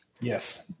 Yes